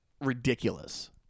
ridiculous